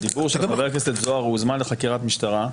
על דיבור של חבר הכנסת זוהר הוא הוזמן לחקירת משטרה,